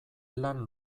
lan